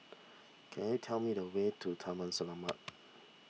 can you tell me the way to Taman Selamat